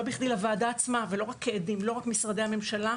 לא רק משרדי הממשלה,